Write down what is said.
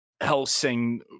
Helsing